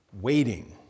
waiting